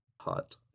hot